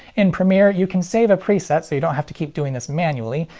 in premiere, you can save a preset so you don't have to keep doing this manually,